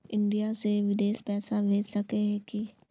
India से बिदेश पैसा भेज सके है की?